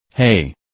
Hey